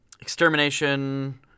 Extermination